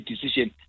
decision